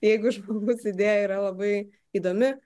jeigu žmogaus idėja yra labai įdomi